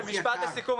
משפט סיכום.